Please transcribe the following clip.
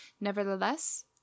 Nevertheless